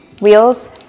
wheels